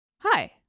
Hi